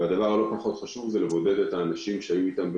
ולא פחות חשוב לבודד את האנשים שהיו איתם במגע,